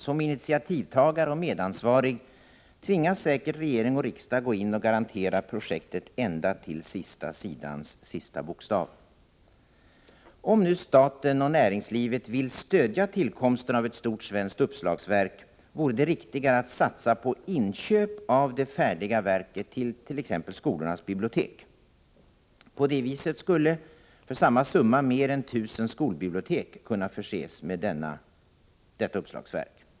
Som initiativtagare och medansvarig tvingas säkert regeringen gå in och garantera projektet ända till sista sidans sista bokstav. Om nu staten och näringslivet vill stödja tillkomsten av ett stort svenskt uppslagsverk, vore det riktigare att satsa på inköp av det färdiga verket till exempelvis skolornas bibliotek. På det viset skulle för samma summa mer än 1 000 skolbibliotek kunna förses med detta uppslagsverk.